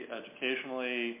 educationally